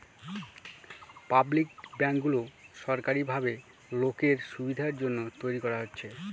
public ব্যাঙ্কগুলো সরকারি ভাবে লোকের সুবিধার জন্য তৈরী করা হচ্ছে